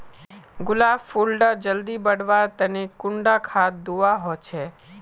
गुलाब फुल डा जल्दी बढ़वा तने कुंडा खाद दूवा होछै?